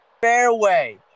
fairway